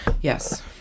Yes